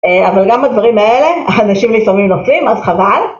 אבל גם בדברים האלה, אנשים לפעמים עפים, אז חבל.